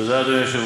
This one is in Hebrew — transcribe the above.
תביא בשורות טובות.